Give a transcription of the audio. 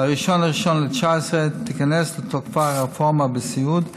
ב-1 בינואר 2019 תיכנס לתוקפה הרפורמה בסיעוד,